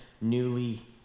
newly